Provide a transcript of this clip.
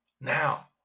now